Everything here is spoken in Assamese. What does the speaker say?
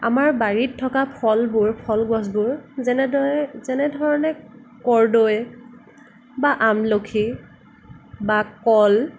আমাৰ বাৰীত থকা ফলবোৰ ফল গছবোৰ যেনেদৰে যেনে ধৰণে কৰ্দৈ বা আমলখি বা কল